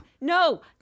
No